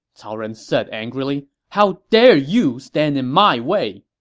cao ren said angrily. how dare you stand in my way!